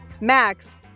Max